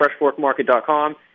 freshforkmarket.com